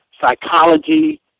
psychology